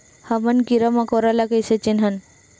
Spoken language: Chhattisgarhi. हमन कीरा मकोरा ला कइसे चिन्हन?